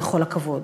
בכל הכבוד.